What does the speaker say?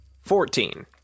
Fourteen